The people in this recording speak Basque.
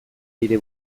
nire